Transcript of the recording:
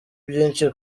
byinshi